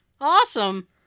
Awesome